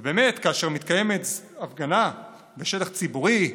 ובאמת, כאשר מתקיימת הפגנה בשטח ציבורי,